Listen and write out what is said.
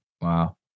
Wow